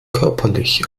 körperlich